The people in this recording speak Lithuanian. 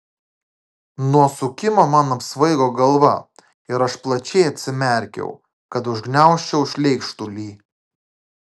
nuo sukimo man apsvaigo galva ir aš plačiai atsimerkiau kad užgniaužčiau šleikštulį